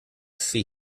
see